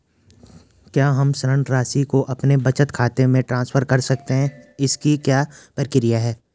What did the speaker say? क्या हम ऋण राशि को अपने बचत खाते में ट्रांसफर कर सकते हैं इसकी क्या प्रक्रिया है?